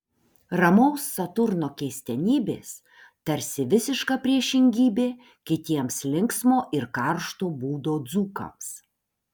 ramaus saturno keistenybės tarsi visiška priešingybė kitiems linksmo ir karšto būdo dzūkams